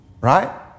Right